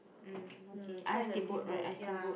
um okay I steam boat right I steam boat